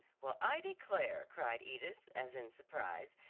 well, i declare! cried edith, as in surprise,